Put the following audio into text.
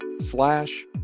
slash